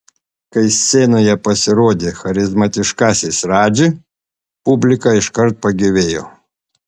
kai scenoje pasirodė charizmatiškasis radži publika iškart pagyvėjo